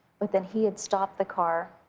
but then he had stopped the car.